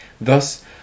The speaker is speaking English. Thus